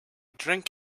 drink